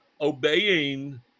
obeying